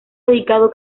dedicado